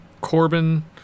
Corbin